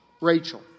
Rachel